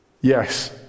Yes